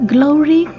Glory